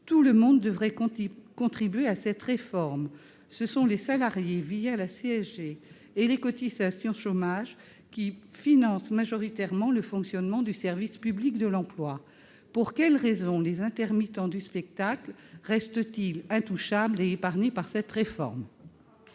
Tout le monde devrait donc contribuer à la réforme ! Ce sont les salariés, la CSG et les cotisations chômage, qui financent majoritairement le fonctionnement du service public de l'emploi. Pour quelles raisons les intermittents du spectacle restent-ils intouchables et épargnés par cette réforme ?